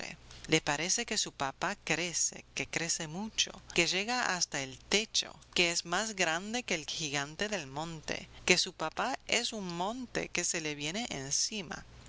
le parece que su papá crece que crece mucho que llega hasta el techo que es más grande que el gigante del monte que su papá es un monte que se le viene encima